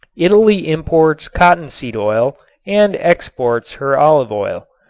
italy imports cottonseed oil and exports her olive oil.